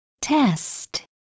Test